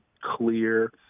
clear –